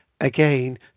again